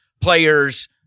players